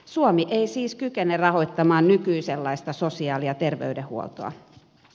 suomi ei siis kykene rahoittamaan nykyisenlaista sosiaali ja terveydenhuoltoa